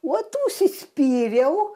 ot užsispyriau